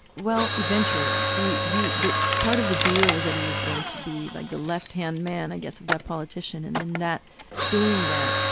well, eventually. he he part of the deal was that he was going to be like the left hand man, i guess, of that politician and then that doing that,